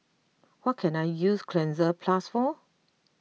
what can I use Cleanz Plus for